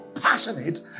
passionate